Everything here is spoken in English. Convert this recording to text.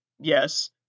Yes